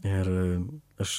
ir aš